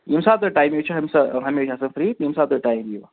ییٚمہِ ساتہٕ تۄہہِ ٹایم أسۍ چھِ ہمیشہِ آسان فِرٛی ییٚمہِ ساتہٕ تۄہہِ ٹایم یِیَو